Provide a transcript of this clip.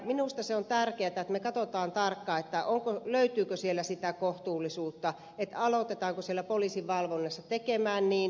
minusta se on tärkeätä että me katsomme tarkkaan löytyykö sieltä sitä kohtuullisuutta aloitetaanko siellä poliisin valvonnassa tekemään niin